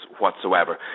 whatsoever